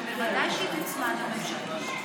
אבל ודאי שהיא תוצמד לממשלתית.